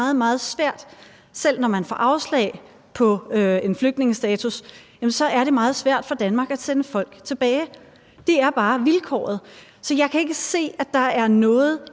meget, meget svært, selv når man får afslag på at få flygtningestatus, for Danmark at sende folk tilbage. Det er bare vilkåret. Så jeg kan ikke se, at der er noget